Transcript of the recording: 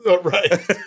Right